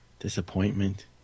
Disappointment